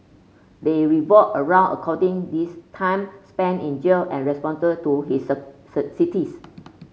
they revolve around according this time spent in jail and responded to his sir sir cities